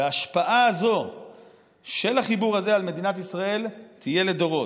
וההשפעה הזאת של החיבור הזה על מדינת ישראל תהיה לדורות.